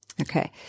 Okay